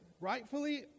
rightfully